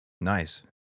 Nice